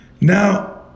Now